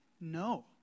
no